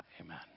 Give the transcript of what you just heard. Amen